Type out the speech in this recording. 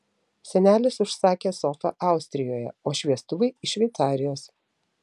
senelis užsakė sofą austrijoje o šviestuvai iš šveicarijos